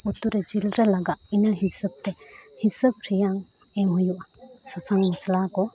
ᱩᱛᱩᱨᱮ ᱡᱤᱞᱨᱮ ᱞᱟᱜᱟᱜ ᱤᱱᱟᱹ ᱦᱤᱥᱟᱹᱵᱽᱛᱮ ᱦᱤᱥᱟᱹᱵᱽ ᱨᱮᱭᱟᱜ ᱮᱢ ᱦᱩᱭᱩᱜᱼᱟ ᱥᱟᱥᱟᱝ ᱢᱚᱥᱞᱟ ᱠᱚ